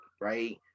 right